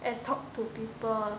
and talk to people